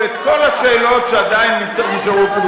אותו את כל השאלות שעדיין נשארו פתוחות.